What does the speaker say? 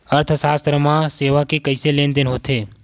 अर्थशास्त्र मा सेवा के कइसे लेनदेन होथे?